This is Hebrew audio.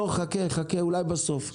לא, חכה, אולי בסוף.